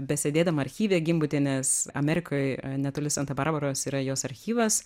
besėdėdama archyve gimbutienės amerikoj netoli santa barbaros yra jos archyvas